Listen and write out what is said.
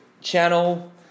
channel